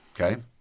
okay